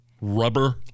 Rubber